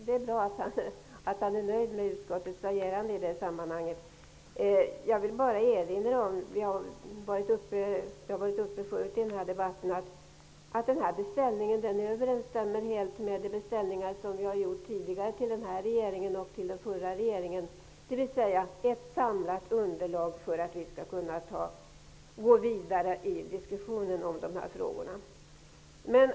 Det är bra att han är nöjd med utskottets agerande i det sammanhanget. Jag vill bara erinra om, och det har tagits upp tidigare i den här debatten, att denna beställning helt överensstämmer med de beställningar som vi tidigare gjort till både nuvarande regering och föregående regering. Det handlar alltså om ett samlat underlag för att vi skall kunna gå vidare i diskussionen om dessa frågor.